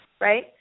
right